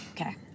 Okay